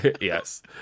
Yes